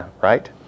Right